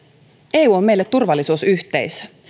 eu on meille turvallisuusyhteisö